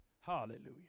Hallelujah